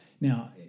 Now